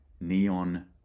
neon